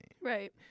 Right